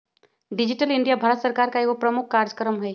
digital India Bharat सरकार का एगो प्रमुख काजक्रम हइ